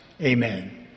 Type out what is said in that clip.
amen